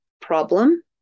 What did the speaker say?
problem